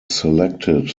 selected